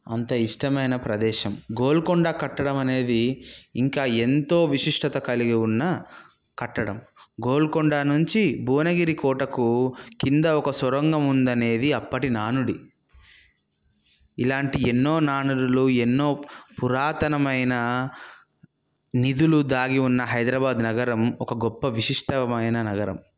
అంత ఇష్టమైన ప్రదేశం గోల్కొండ కట్టడం అనేది ఇంకా ఎంతో విశిష్టత కలిగి ఉన్న కట్టడం గోల్కొండ నుంచి భువనగిరి కోటకు కింద ఒక సొరంగం ఉందనేది అప్పటి నానుడి ఇలాంటి ఎన్నో నానులులు ఎన్నో పురాతనమైన నిధులు దాగి ఉన్న హైదరాబాద్ నగరం ఒక గొప్ప విశిష్టమైన నగరం